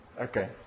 Okay